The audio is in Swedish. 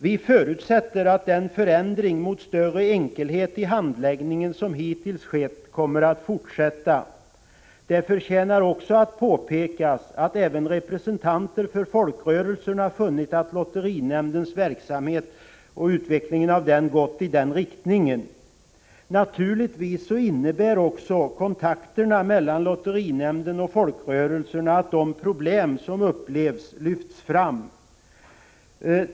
Vi förutsätter att den förändring mot större enkelhet i handläggningen som hittills har skett kommer att fortsätta. Det förtjänar också att påpekas att även representanter för folkrörelserna har funnit att utvecklingen av lotterinämndens verksamhet har gått i den riktningen. Naturligtvis innebär också kontakterna mellan lotterinämnden och folkrörelserna att de problem som finns lyfts fram.